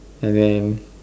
and then